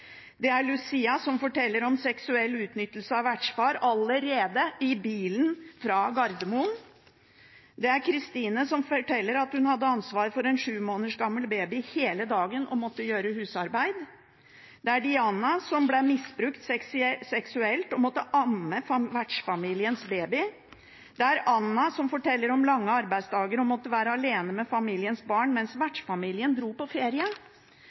Det er om Lucia som forteller om vertsfars seksuelle utnyttelse av henne allerede i bilen fra Gardermoen. Det er om Christine som forteller at hun hadde ansvaret for en sju måneder gammel baby hele dagen og måtte gjøre husarbeid. Det er om Diana som ble misbrukt seksuelt og måtte amme vertsfamiliens baby. Det er om Anna som forteller om lange arbeidsdager, og som måtte være alene med familiens barn mens vertsfamilien dro på ferie.